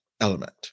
element